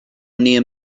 near